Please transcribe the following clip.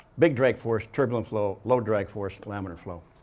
big drag force, turbulent flow, low drag force, laminar flow.